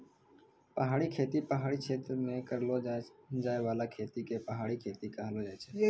पहाड़ी खेती पहाड़ी क्षेत्र मे करलो जाय बाला खेती के पहाड़ी खेती कहलो जाय छै